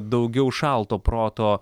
daugiau šalto proto